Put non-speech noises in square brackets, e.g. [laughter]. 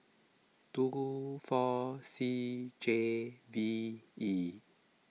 two [hesitation] four C J V E